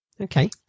Okay